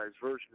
version